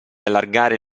allargare